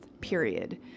period